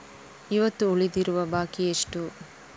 ಇವತ್ತು ಉಳಿದಿರುವ ಬಾಕಿ ಎಷ್ಟು?